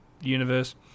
universe